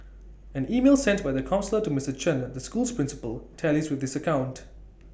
an email sent by the counsellor to Mister Chen the school's principal tallies with this account